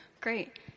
Great